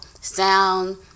sound